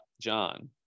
John